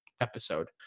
episode